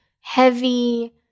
heavy